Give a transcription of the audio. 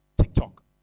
TikTok